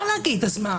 אפשר להגיד, אז מה,